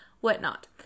whatnot